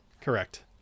Correct